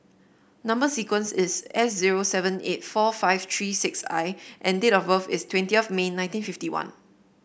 number sequence is S zero seven eight four five three six I and date of birth is twenty of May nineteen fifty one